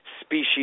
species